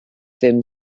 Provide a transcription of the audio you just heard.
ddim